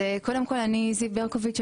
אני זיו ברקוביץ',